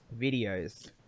Videos